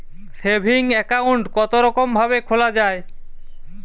Saving account কতরকম ভাবে খোলা য়ায়?